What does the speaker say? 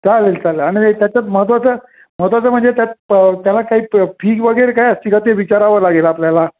चालेल चालेल आणि त्याच्यात महत्त्वाचं महत्त्वाचं म्हणजे त्यात त्याला काही फीज वगैरे काय असतील का ते विचारावं लागेल आपल्याला